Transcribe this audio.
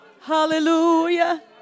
hallelujah